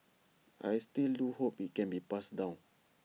I still do hope IT can be passed down